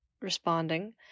responding